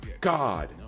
god